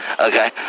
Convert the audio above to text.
okay